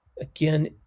Again